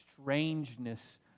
strangeness